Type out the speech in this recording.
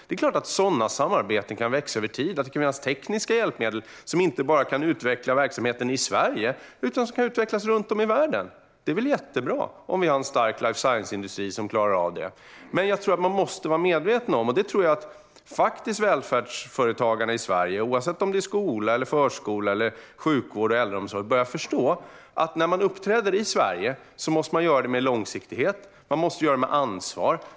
Det är klart att sådana samarbeten kan växa över tid och att det kan finnas tekniska hjälpmedel som inte bara kan utveckla verksamheten i Sverige utan också kan utvecklas runt om i världen. Det är väl jättebra om vi har en stark life science-industri som klarar av det. Men när man uppträder i Sverige måste man göra det med långsiktighet. Det ska man vara medveten om, och jag tror att välfärdsföretagarna i Sverige, oavsett om det gäller skola, förskola, sjukvård eller äldreomsorg, börjar förstå detta. Man måste göra det med ansvar.